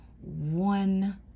one